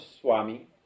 swami